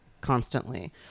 constantly